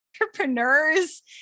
entrepreneurs